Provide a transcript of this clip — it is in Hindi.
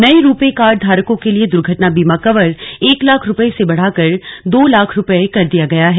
नये रू पे कार्ड धारकों के लिए दुर्घटना बीमा कवर एक लाख रुपये से बढ़ाकर दो लाख रुपये कर दिया गया है